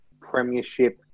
premiership